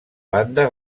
banda